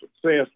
success